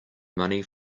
money